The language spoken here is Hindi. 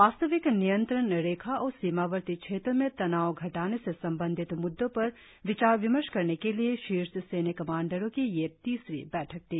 वास्तविक नियंत्रण रेखा और सीमावर्ती क्षेत्रों में तनाव घटाने से संबंधित म्द्दों पर विचार विमर्श करने के लिए शीर्ष सैन्य कमांडरों की यह तीसरी बैठक थी